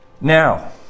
Now